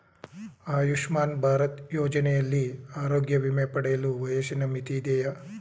ಆಯುಷ್ಮಾನ್ ಭಾರತ್ ಯೋಜನೆಯಲ್ಲಿ ಆರೋಗ್ಯ ವಿಮೆ ಪಡೆಯಲು ವಯಸ್ಸಿನ ಮಿತಿ ಇದೆಯಾ?